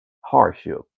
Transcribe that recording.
hardship